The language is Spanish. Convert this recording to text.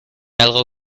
algo